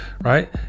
right